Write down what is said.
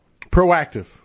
Proactive